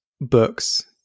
books